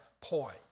poi